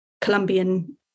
Colombian